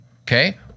Okay